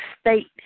state